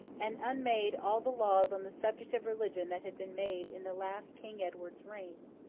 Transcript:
and unmade all the laws on the subject of religion that had been made in the last king edward's reign.